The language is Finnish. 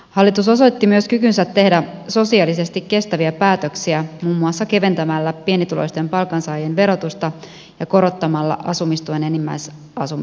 hallitus osoitti myös kykynsä tehdä sosiaalisesti kestäviä päätöksiä muun muassa keventämällä pienituloisten palkansaajien verotusta ja korottamalla asumistuen enimmäisasumismenoja